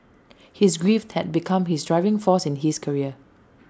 his grief had become his driving force in his career